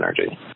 energy